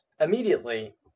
immediately